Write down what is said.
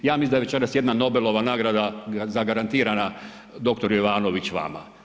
Ja mislim da je večeras jedna Nobelova nagrada zagarantirana dr. Jovanović vama.